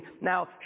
now